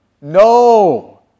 No